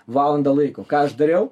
valandą laiko ką aš dariau